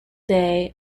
day